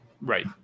Right